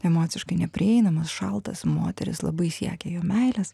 emociškai neprieinamas šaltas moteris labai siekia jo meilės